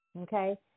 Okay